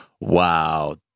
Wow